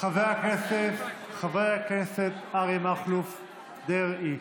חבר הכנסת אריה מכלוף דרעי.